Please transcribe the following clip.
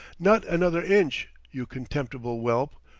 not another inch, you contemptible whelp,